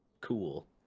cool